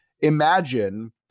imagine